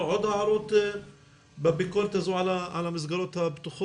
עוד הערות בביקורת הזו על המסגרות הפתוחות?